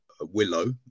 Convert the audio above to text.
Willow